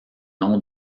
nom